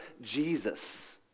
Jesus